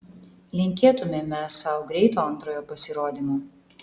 linkėtumėme sau greito antrojo pasirodymo